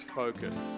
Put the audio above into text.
focus